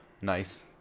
nice